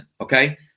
okay